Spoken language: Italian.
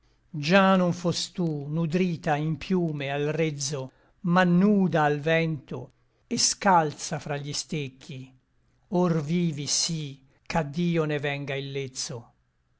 già non fustú nudrita in piume al rezzo ma nuda al vento et scalza fra gli stecchi or vivi sí ch'a dio ne venga